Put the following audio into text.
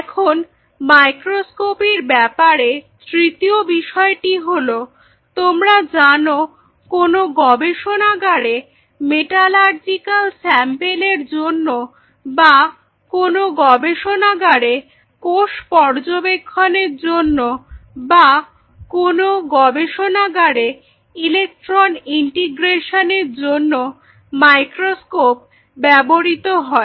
এখন মাইক্রোস্কোপির ব্যাপারে তৃতীয় বিষয়টি হলো তোমরা জানো কোনো গবেষণাগারে মেটালার্জিক্যাল স্যাম্পল এর জন্য বা কোনো গবেষণাগারে কোষ পর্যবেক্ষণের জন্য বা কোনো গবেষণাগারে ইলেকট্রন ইন্টিগ্রেশনের জন্য মাইক্রোস্কোপ ব্যবহৃত হয়